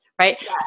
right